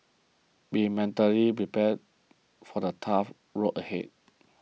be mentally prepared for the tough road ahead